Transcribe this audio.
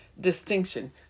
distinction